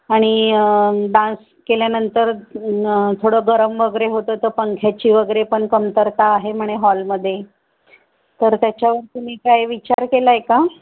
आणि डान्स केल्यानंतर न थोडं गरम वगैरे होतं तर पंख्याची वगैरे पण कमतरता आहे म्हणे हॉलमध्ये तर त्याच्यावर तुम्ही काय विचार केला आहे का